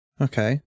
Okay